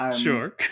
sure